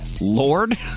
Lord